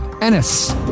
Ennis